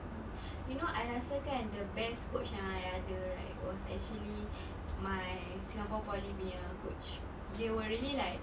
mm you know I rasa kan the best coach yang I ada right was actually my Singapore poly nya coach they were really like